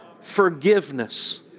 forgiveness